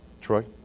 Troy